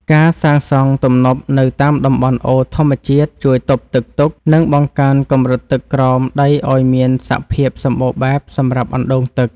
ការសាងសង់ទំនប់នៅតាមតំបន់អូរធម្មជាតិជួយទប់ទឹកទុក និងបង្កើនកម្រិតទឹកក្រោមដីឱ្យមានសភាពសម្បូរបែបសម្រាប់អណ្តូងទឹក។